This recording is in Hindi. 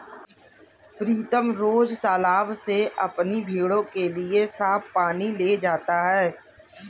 प्रीतम रोज तालाब से अपनी भेड़ों के लिए साफ पानी ले जाता है